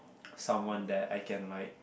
someone that I can like